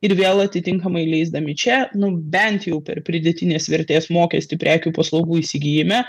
ir vėl atitinkamai leisdami čia nu bent jau per pridėtinės vertės mokestį prekių paslaugų įsigijime